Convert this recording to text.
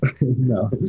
No